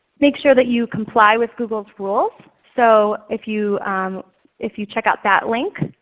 make sure that you comply with google's rules. so if you if you check out that link,